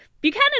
Buchanan